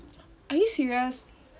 are you serious